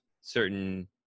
Certain